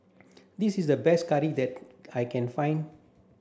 this is the best curry that I can find